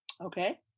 okay